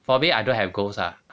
for me I don't have goals ah